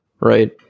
right